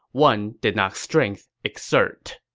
one did not strength exert.